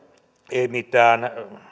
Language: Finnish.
ei mitään